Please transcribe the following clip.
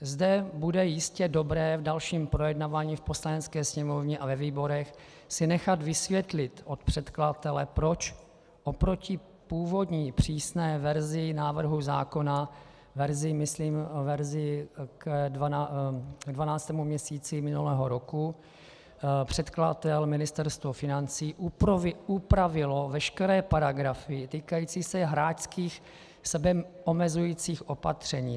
Zde bude jistě dobré v dalším projednávání v Poslanecké sněmovně a ve výborech si nechat vysvětlit od předkladatele, proč proti původní přísné verzi návrhu zákona myslím verzi k dvanáctému měsíci minulého roku předkladatel, Ministerstvo financí, upravil veškeré paragrafy týkající se hráčských sebeomezujících opatření.